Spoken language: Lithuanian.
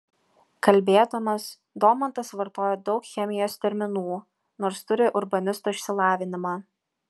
kalbėdamas domantas vartoja daug chemijos terminų nors turi urbanisto išsilavinimą